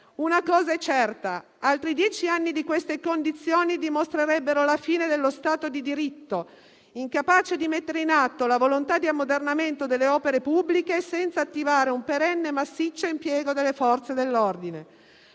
«una cosa è certa: altri dieci anni di queste condizioni dimostrerebbero la fine dello Stato di diritto, incapace di mettere in atto la volontà di ammodernamento delle opere pubbliche senza attivare un perenne massiccio impiego delle Forze dell'ordine».